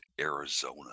Arizona